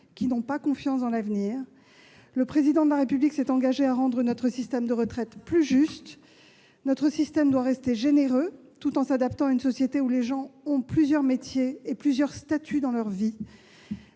qui n'ont pas confiance dans l'avenir. Le Président de la République s'est engagé à rendre notre système de retraite plus juste. Celui-ci doit rester généreux, tout en s'adaptant à une société où les gens ont plusieurs métiers et plusieurs statuts dans leur vie.